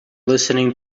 listening